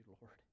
Lord